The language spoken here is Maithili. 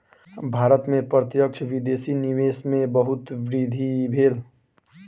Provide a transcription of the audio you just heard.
भारत में प्रत्यक्ष विदेशी निवेश में बहुत वृद्धि भेल